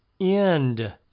end